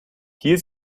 hier